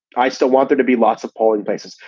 i still want there to be lots of polling places.